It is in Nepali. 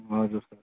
हजुर सर